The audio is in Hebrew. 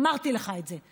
אמרתי לך את זה.